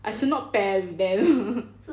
I should not pair with them